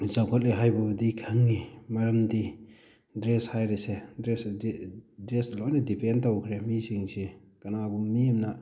ꯆꯥꯎꯈꯠꯂꯦ ꯍꯥꯏꯕꯕꯨꯗꯤ ꯈꯪꯉꯤ ꯃꯔꯝꯗꯤ ꯗ꯭ꯔꯦꯁ ꯍꯥꯏꯔꯤꯁꯦ ꯗ꯭ꯔꯦꯁ ꯑꯗꯤ ꯗ꯭ꯔꯦꯁ ꯂꯣꯏꯅ ꯗꯤꯄꯦꯟ ꯇꯧꯈ꯭ꯔꯦ ꯃꯤꯁꯤꯡꯁꯤ ꯀꯅꯥꯒꯨꯝ ꯃꯤ ꯑꯃꯅ